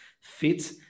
fit